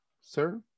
sir